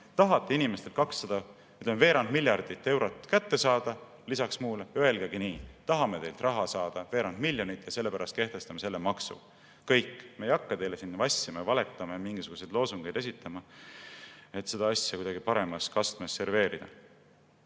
Tahate inimestelt 200, ütleme, veerand miljardit eurot kätte saada lisaks muule, siis öelgegi nii: tahame teilt saada raha veerand miljardit ja sellepärast kehtestame selle maksu. Kõik! Me ei hakka teile siin vassima, valetama, mingisuguseid loosungeid esitama, et seda asja kuidagi paremas kastmes serveerida.